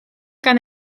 gan